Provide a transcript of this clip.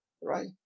right